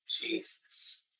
Jesus